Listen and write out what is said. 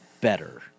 better